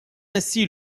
ainsi